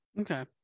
Okay